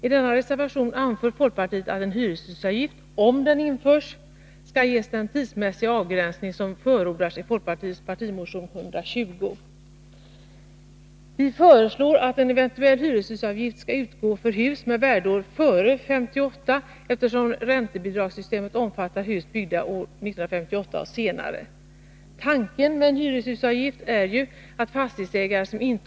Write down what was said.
I denna reservation anför folkpartiet att en 16 december 1982 hyreshusavgift — om den införs — skall ges den tidsmässiga avgränsning som förordats i folkpartiets partimotion 120. Vissa ekonomisk Vi föreslår att en eventuell hyreshusavgift skall utgå för hus med värdeår politiska åtgärder före 1958, eftersom räntebidragssystemet omfattar hus byggda år 1958 och mm.m.